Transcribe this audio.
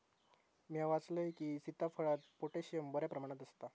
म्या वाचलंय की, सीताफळात पोटॅशियम बऱ्या प्रमाणात आसता